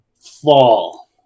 fall